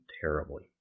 terribly